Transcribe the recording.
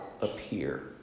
appear